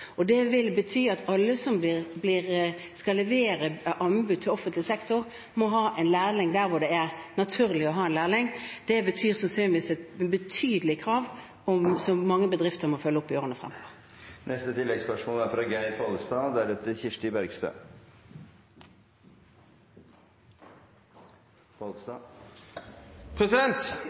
Det vil bety at alle som skal levere inn anbud til offentlig sektor, må ha en lærling der det er naturlig å ha en lærling. Det betyr sannsynligvis et betydelig krav, som mange bedrifter må følge opp i årene som kommer. Geir Pollestad – til oppfølgingsspørsmål. Nå er